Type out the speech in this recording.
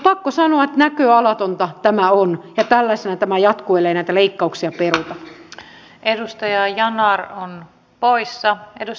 pakko sanoa että näköalatonta tämä on ja tällaisena tämä jatkuu ellei näitä leikkauksia velka edustaja jaana on poissa peruta